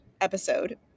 episode